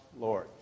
Lord